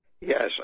Yes